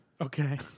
Okay